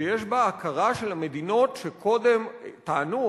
שיש בה הכרה של המדינות שקודם טענו,